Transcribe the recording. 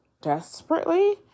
desperately